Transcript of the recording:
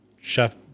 chef